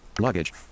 luggage